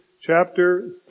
chapter